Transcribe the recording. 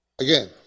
again